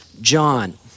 John